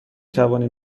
توانیم